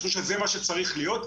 שזה מה שצריך להיות.